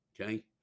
okay